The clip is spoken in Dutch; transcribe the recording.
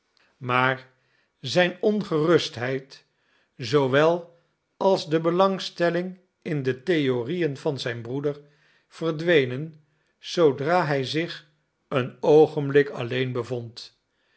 maar zijn ongerustheid zoowel als de belangstelling in de theorieën van zijn broeder verdwenen zoodra hij zich een oogenblik alleen bevond